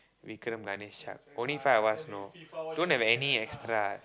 Vikram Ganesh Shak only five of us you know don't have any extra